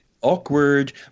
awkward